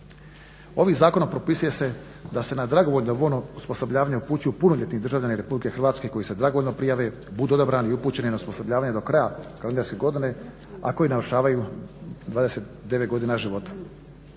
Ovim zakonom propisuje se da se na dragovoljno vojno osposobljavanje upućuju punoljetni državljani RH koji se dragovoljno prijave, budu odabrani i upućeni na osposobljavanje do kraja kalendarske godine, a koji navršavaju 29 godina života.